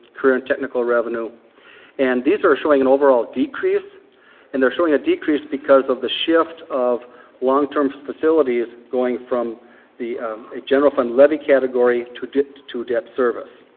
career and technical revenue and these are showing an overall decrease and they're showing a decrease because of the shift of long term facilities going from the general fund levy category to debt to debt service.